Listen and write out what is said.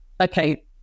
okay